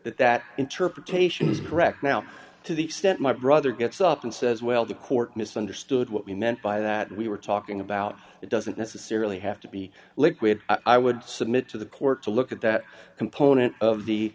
that that interpretation is correct now to the extent brother gets up and says well the court misunderstood what we meant by that we were talking about it doesn't necessarily have to be liquid i would submit to the court to look at that component of the